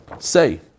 Say